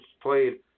played